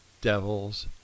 devils